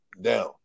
down